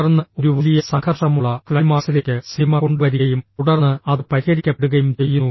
തുടർന്ന് ഒരു വലിയ സംഘർഷമുള്ള ക്ലൈമാക്സിലേക്ക് സിനിമ കൊണ്ടുവരികയും തുടർന്ന് അത് പരിഹരിക്കപ്പെടുകയും ചെയ്യുന്നു